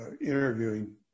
interviewing